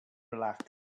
relaxed